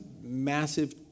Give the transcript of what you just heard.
massive